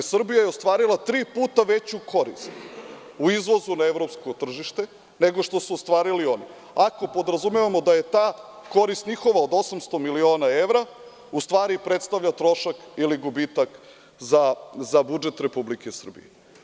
Srbija je ostvarila tri puta veću korist u izvozu na evropsko tržište, nego što su ostvarili oni, ako podrazumevamo da je ta korist njihova od 800 miliona evra, da predstavlja trošak ili gubitak za budžet Republike Srbije.